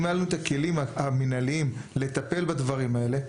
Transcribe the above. אם היו לנו את הכלים המנהליים לטפל בדברים האלה,